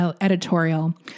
editorial